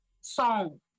song